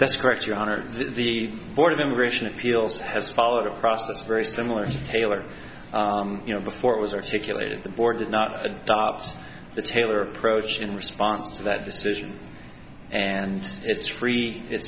that's correct your honor the board of immigration appeals has followed a process very similar to taylor you know before it was articulated the board did not adopt the taylor approach in response to that decision and it's free it's